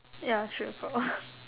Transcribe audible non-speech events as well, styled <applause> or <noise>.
ya straight for <noise>